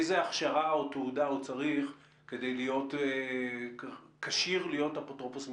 איזו הכשרה או תעודה הוא צריך כדי להיות כשיר להיות אפוטרופוס מקצועי?